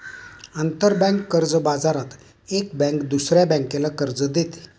आंतरबँक कर्ज बाजारात एक बँक दुसऱ्या बँकेला कर्ज देते